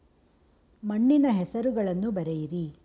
ಮಣ್ಣಿನ ಹೆಸರುಗಳನ್ನು ಬರೆಯಿರಿ